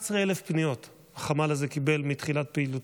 11,000 פניות החמ"ל הזה קיבל מתחילת פעילותו,